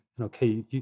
Okay